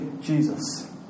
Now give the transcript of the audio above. Jesus